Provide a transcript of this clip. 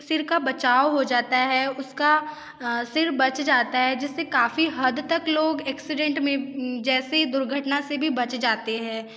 सिर का बचाव हो जाता है उसका सिर बच जाता है जिससे काफ़ी हद्द तक लोग एक्सीडेंट में जैसे दुर्घटना से बच जाते है